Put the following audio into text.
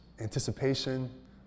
anticipation